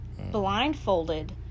blindfolded